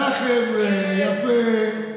לחבר'ה, יפה.